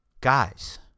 Guys